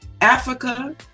Africa